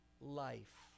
life